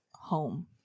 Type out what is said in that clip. home